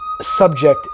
subject